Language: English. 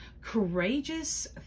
courageous